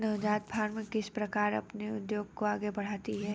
नवजात फ़र्में किस प्रकार अपने उद्योग को आगे बढ़ाती हैं?